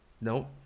nope